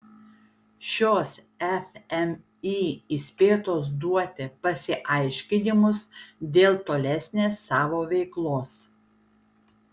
šios fmį įspėtos duoti pasiaiškinimus dėl tolesnės savo veiklos